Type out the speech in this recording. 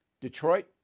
Detroit